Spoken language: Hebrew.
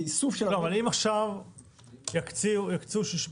אם יקצו עכשיו,